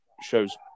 shows